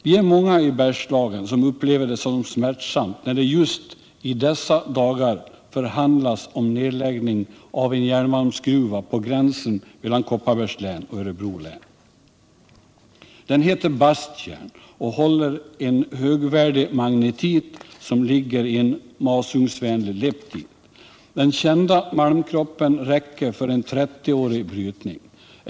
Vi är många i Bergslagen som upplever det som smärtsamt när det just i dessa dagar förhandlas om nedläggning av en järnmalmsgruva på gränsen mellan Kopparbergs län och Örebro län. Den heter Bastkärn och håller en högvärdig magnetit, som ligger i en masugnsvänlig leptit. Den kända malmkroppen räcker för en 30-årig brytning.